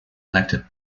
elected